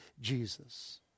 Jesus